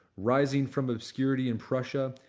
rising from obscurity in prussia,